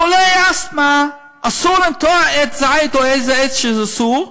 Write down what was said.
חולי אסתמה, אסור לנטוע עץ זית או איזה עץ שאסור,